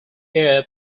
air